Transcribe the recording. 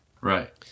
Right